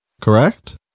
correct